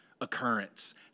occurrence